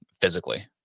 physically